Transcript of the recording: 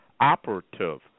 Operative